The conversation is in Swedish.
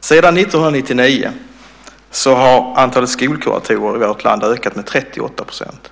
Sedan 1999 har antalet skolkuratorer i vårt land ökat med 38 %.